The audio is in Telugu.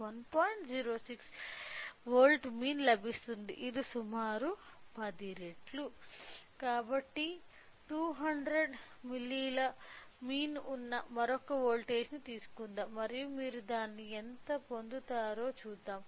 06 వోల్ట్ల మీన్ లభిస్తుంది ఇది సుమారు 10 రెట్లు కాబట్టి 200 మిల్లీలీల మీన్ ఉన్న మరొక వోల్టేజ్ ని తీసుకుందాం మరియు మీరు దాన్ని ఎంత పొందుతున్నారో చూద్దాం